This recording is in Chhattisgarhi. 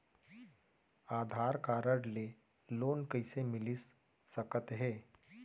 आधार कारड ले लोन कइसे मिलिस सकत हे?